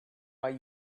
why